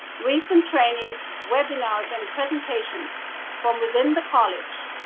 recent trainings, webinars and presentations from within the college,